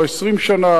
לא 20 שנה,